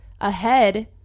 ahead